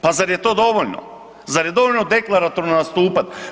Pa zar je to dovoljno, zar je dovoljno deklaratorno nastupat?